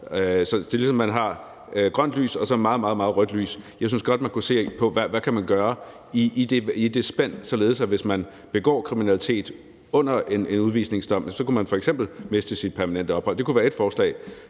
Det er, som om man har grønt lys og så meget, meget rødt lys. Jeg synes godt, man kunne se på, hvad man kunne gøre i det spænd, således at hvis man begår kriminalitet under en udvisningsdom, kunne man f.eks. miste sit permanente ophold. Det kunne være ét forslag,